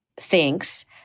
thinks